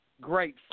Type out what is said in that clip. great